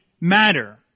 matter